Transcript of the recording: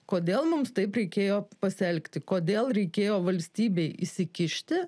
kodėl mums taip reikėjo pasielgti kodėl reikėjo valstybei įsikišti